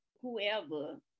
whoever